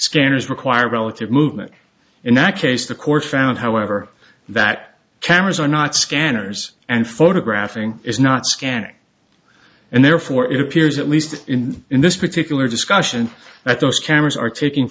scanners require relative movement in that case the court found however that cameras are not scanners and photographing is not scanning and therefore it appears at least in this particular discussion that those cameras are taking